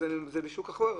זה בשוק אחר,